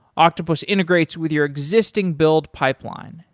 octopus integrates with your existing build pipeline,